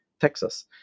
Texas